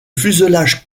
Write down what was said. fuselage